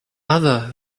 other